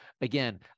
Again